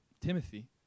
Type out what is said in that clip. Timothy